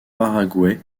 paraguay